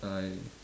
I